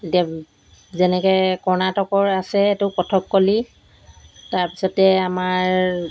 দেব যেনেকৈ কৰ্ণাটকৰ আছে এইটো কথককলি তাৰপিছতে আমাৰ